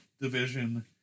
division